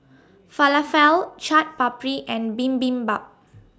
Falafel Chaat Papri and Bibimbap